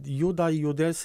juda judės